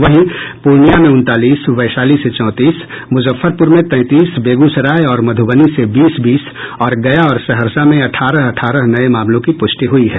वहीं पूर्णिया में उनतालीस वैशाली से चौंतीस मुजफ्फरपुर में तैंतीस बेगूसराय और मधुबनी से बीस बीस और गया और सहरसा में अठारह अठारह नये मामलों की प्रष्टि हुई है